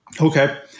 Okay